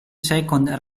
second